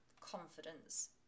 confidence